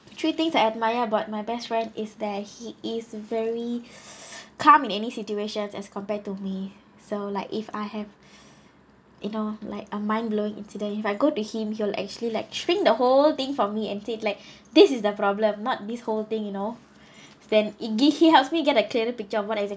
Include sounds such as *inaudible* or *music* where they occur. three things I admire about my best friend is there he is very *breath* calm in any situation as compared to me so like if I have you know like a mind blowing incident if I go to him he will actually like shrink the whole thing for me and say like this is the problem not this whole thing you know then it he helps me get a clearer picture of what exact